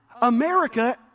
America